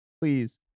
please